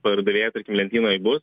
pardavėjas lentynoj bus